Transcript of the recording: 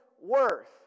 worth